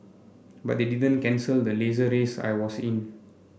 but they didn't cancel the Laser race I was in